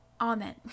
Amen